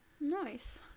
Nice